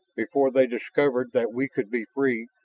before they discovered that we could be free,